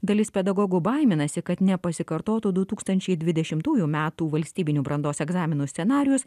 dalis pedagogų baiminasi kad nepasikartotų du tūkstančiai dvidešimtųjų metų valstybinių brandos egzaminų scenarijus